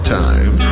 time